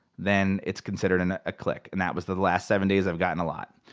then it's considered and a click. and that was the last seven days i've gotten a lot.